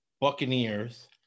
Buccaneers